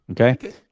Okay